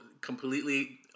completely